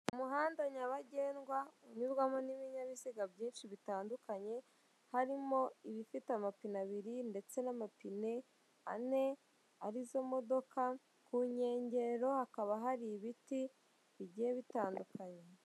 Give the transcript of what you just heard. Umuhanda nyabagendwa unyurwamo n'ibinyabiziga byinshi bitandukanye, harimo ibifite amapine abiri ndetse n'amapine ane arizo modoka, ku nkengero hakaba hari ibiti bigiye bitandukanye.